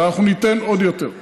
ואנחנו ניתן עוד יותר.